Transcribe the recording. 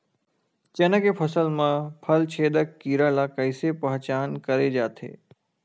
चना के फसल म फल छेदक कीरा ल कइसे पहचान करे जाथे?